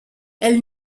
elle